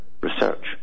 research